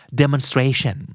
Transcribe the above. demonstration